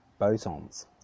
bosons